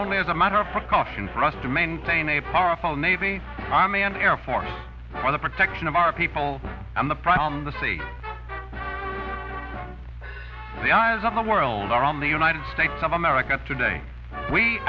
only as a matter of precaution for us to maintain a powerful navy army and air for the protection of our people and the press on the sea the eyes of the world are on the united states of america today we